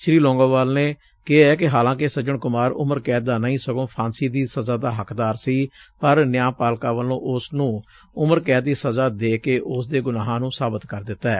ਸ੍ਰੀ ਲੌਂਗੋਵਾਲ ਨੇ ਕਿਹੈ ਕਿ ਹਾਲਾਕਿ ਸੱਜਣ ਕੁਮਾਰ ਉਮਰ ਕੈਦ ਦਾ ਨਹੀ ਸਗੋਂ ਫਾਂਸੀ ਦੀ ਸਜ਼ਾ ਦਾ ਹੱਕਦਾਰ ਸੀ ਪਰ ਨਿਆਂਪਾਲਕਾ ਵੱਲੋਂ ਉਸ ਨ੍ਨੰ ਉਮਰ ਕੈਦ ਦੀ ਸਜ਼ਾ ਦੇ ਕੇ ਉਸ ਦੇ ਗੁਨਾਹਾਂ ਨ੍ਰੰ ਸਾਬਤ ਕਰ ਦਿੱਤੈ